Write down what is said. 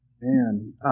Man